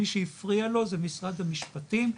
מי שהפריע לו זה משרד המשפטים,